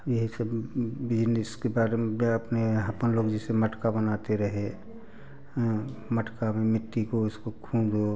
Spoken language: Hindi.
अब यही सब बिज़नेस के बारे में अपने अपन लोग जैसे मटका बनाते रहे मटका में मिट्टी को उसको खोदो